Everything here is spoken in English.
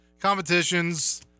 Competitions